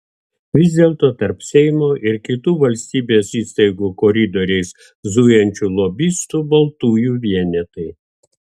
vis dėlto tarp seimo ir kitų valstybės įstaigų koridoriais zujančių lobistų baltųjų vienetai